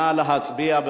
נא להצביע.